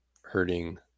hurting